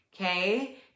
Okay